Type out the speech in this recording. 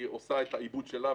היא עושה את העיבוד שלה,